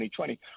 2020